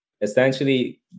essentially